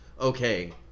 okay